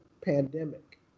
pandemic